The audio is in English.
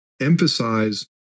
emphasize